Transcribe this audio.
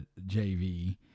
JV